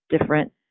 different